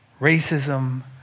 racism